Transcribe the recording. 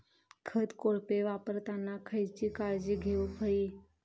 खत कोळपे वापरताना खयची काळजी घेऊक व्हयी?